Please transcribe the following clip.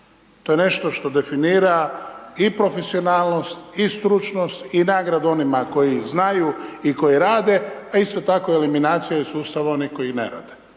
To je nešto što definira i profesionalnost i stručnost i nagradu onima koji znaju i koji rade, a isto tako eliminacija iz sustava onih koji ne rade.